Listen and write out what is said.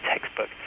textbook